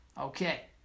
okay